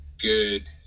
good